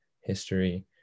history